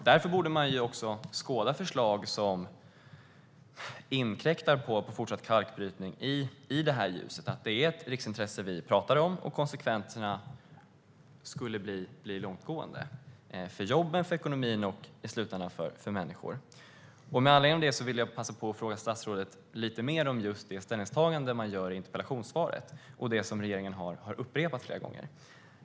Därför borde man skåda förslag som inkräktar på fortsatt kalkbrytning i ljuset av att det är ett riksintresse vi pratar om och att konsekvenserna skulle bli långtgående för jobben, för ekonomin och i slutändan för människor. Med anledning av detta vill jag passa på att fråga statsrådet lite mer om just det ställningstagande man gör i interpellationssvaret och det som regeringen har upprepat flera gånger.